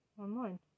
online